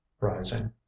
rising